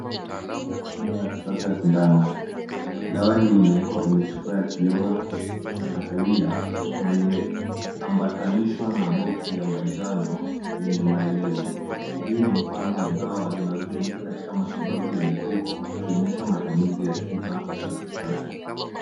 Hapa naona dawa ya kisasa ya sindano. Dawa hii imewekwa kwenye chupa ya kioo cha kahawia na imeambatanishwa na boksi ya manjano yenye maelezo. Hii ni mfano ya dawa zinazotumika katika matibabu ya mifuko ikionyesha matumizi ya tiba za kisasa.